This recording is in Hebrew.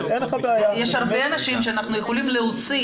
יש הרבה אנשים שאנחנו יכולים להוציא